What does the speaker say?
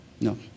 No